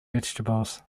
vegetables